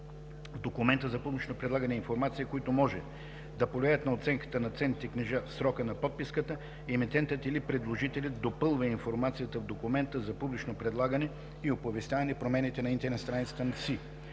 в документа за публично предлагане информация, които може да повлияят на оценката на ценните книжа в срока на подписката, емитентът или предложителят допълва информацията в документа за публично предлагане и оповестява промените на интернет страницата си.